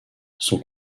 son